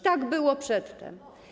Tak było przedtem.